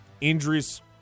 Injuries